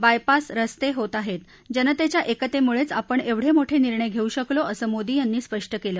bypass रस्ते होत आहेत जनतेच्या एकतेमुळेच आपण एवढे मोठे निर्णय घेऊ शकलो असं मोदी यांनी स्पष्ट केलं